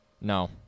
No